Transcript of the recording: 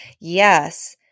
Yes